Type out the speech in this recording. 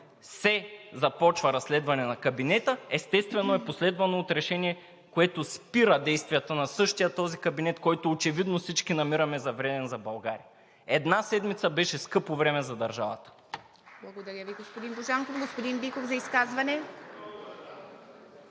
се започва разследване на Кабинета, естествено, е последвано от решение, което спира действията на същия този кабинет, който очевидно всички намираме за вреден за България. Една седмица беше скъпо време за държавата. (Ръкопляскания от „БСП за България“.)